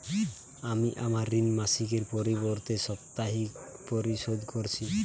আমি আমার ঋণ মাসিকের পরিবর্তে সাপ্তাহিক পরিশোধ করছি